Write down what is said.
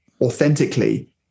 authentically